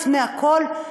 לפני הכול,